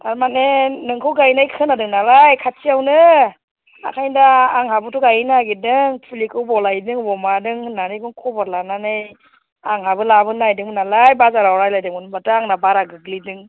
थारमानि नोंखौ गायनाय खोनादों नालाय खाथियावनो ओंखायनो दा आंहाबोथ' गायनो नागिरदों फुलिखौ अबाव लायदों अबाव मादों होननानै बेखौनो खबर लानानै आंहाबो लाबोनो नागिरदोंमोन नालाय बाजाराव रायज्लायदोंमोन होनब्लाथ' आंना बारा गोग्लैदों